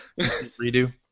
redo